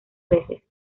veces